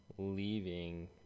leaving